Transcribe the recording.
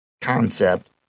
concept